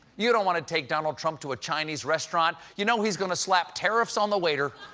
you don't want to take donald trump to a chinese restaurant. you know he's going to slap tariffs on the waiter,